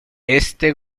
este